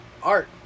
art